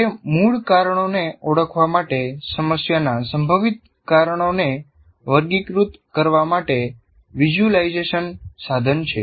તે મૂળ કારણોને ઓળખવા માટે સમસ્યાના સંભવિત કારણોને વર્ગીકૃત કરવા માટે વિઝ્યુલાઇઝેશન સાધન છે